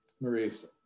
Maurice